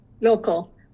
Local